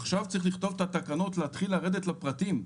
עכשיו צריך לכתוב את התקנות ולהתחיל לרדת לפרטים.